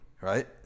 right